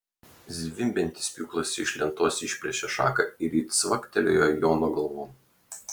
zvimbiantis pjūklas iš lentos išplėšė šaką ir ji cvaktelėjo jono galvon